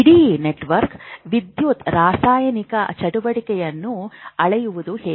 ಇಡೀ ನೆಟ್ವರ್ಕ್ನ ವಿದ್ಯುತ್ ರಾಸಾಯನಿಕ ಚಟುವಟಿಕೆಯನ್ನು ಅಳೆಯುವುದು ಹೇಗೆ